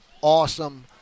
awesome